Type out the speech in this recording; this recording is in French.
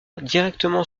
directement